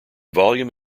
volume